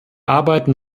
arbeiten